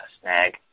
snag